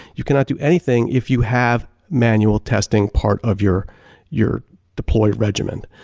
you cannot do anything if you have manual testing part of your your deployed regimen.